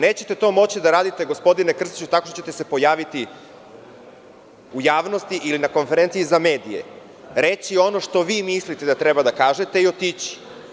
Nećete to moći da radite, gospodine Krstiću, tako što ćete se pojaviti u javnosti ili na konferenciji za medije i reći ono što vi mislite da treba da kažete i otići.